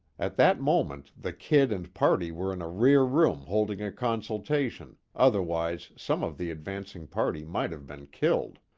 at that moment the kid and party were in a rear room holding a consultation, otherwise some of the advancing party might have been killed.